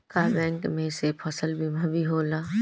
का बैंक में से फसल बीमा भी होला?